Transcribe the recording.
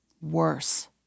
Worse